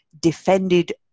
defended